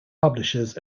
publishers